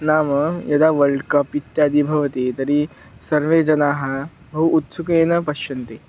नाम यदा world cup इत्यादि भवति तर्हि सर्वे जनाः बहु उत्सुकेन पश्यन्ति